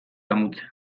damutzen